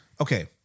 Okay